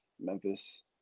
Memphis